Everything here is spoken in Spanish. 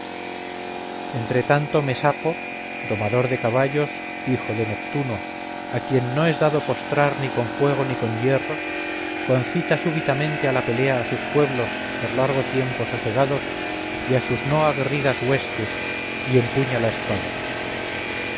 entre tanto mesapo domador de caballos hijo de neptuno a quien no es dado postrar ni con fuego ni con hierros concita súbitamente a la pelea a sus pueblos por largo tiempo sosegados y a sus no aguerridas huestes y empuña la espada